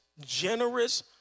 generous